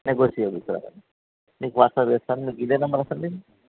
negotiable మీకు WhatsApp చేస్తాను ఇదే నెంబర్ కదా సార్ మీది